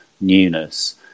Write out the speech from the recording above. newness